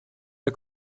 der